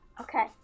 okay